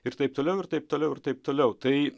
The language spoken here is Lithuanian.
ir taip toliau ir taip toliau ir taip toliau tai